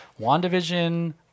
WandaVision